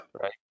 right